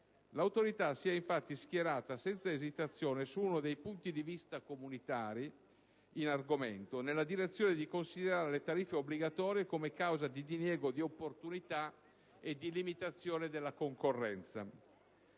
L'Autorità si è infatti schierata senza esitazione, su uno dei punti di vista comunitari in argomento, nella direzione di considerare le tariffe obbligatorie come causa di diniego di opportunità e di limitazione della concorrenza.